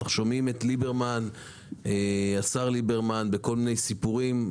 אנחנו שומעים את השר ליברמן בכל מיני סיפורים,